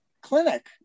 clinic